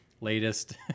latest